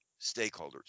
stakeholders